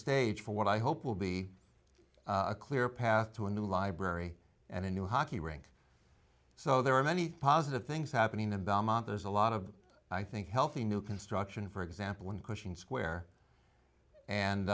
stage for what i hope will be a clear path to a new library and a new hockey rink so there are many positive things happening in belmont there's a lot of i think healthy new construction for example in cushing square